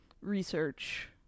research